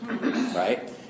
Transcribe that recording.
right